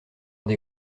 des